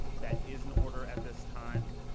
that is in order at this time.